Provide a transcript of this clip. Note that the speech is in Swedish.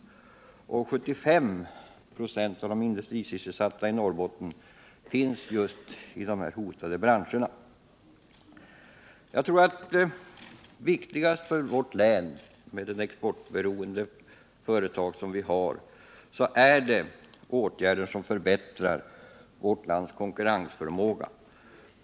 75 96 av de industrisysselsatta i Norrbotten finns i dessa hotade branscher. Viktigast för Norrbotten med länets exportberoende företag är åtgärder som förbättrar Sveriges konkurrensförmåga.